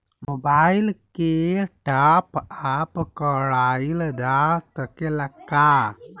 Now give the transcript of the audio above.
Mobile के top आप कराइल जा सकेला का?